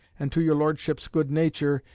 and to your lordship's good nature,